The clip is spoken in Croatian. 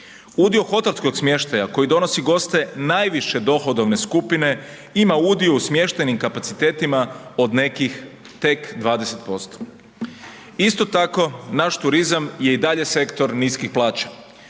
Udio hotelskog smještaja koji donosi goste najviše dohodovne skupine ima udio u smještajnim kapacitetima od nekih tek 20%. Isto tako, naš turizam je i dalje sektor niskih plaća.